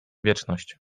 wieczność